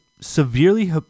severely